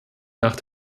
nach